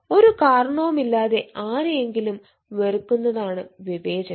ഒരു കാരണവുമില്ലാതെ ആരെയെങ്കിലും വെറുക്കുന്നതാണ് വിവേചനം